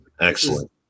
excellent